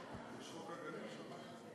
חוק ומשפט.